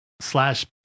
slash